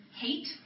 hate